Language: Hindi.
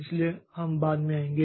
इसलिए हम बाद में आएंगे